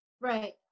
Right